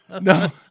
no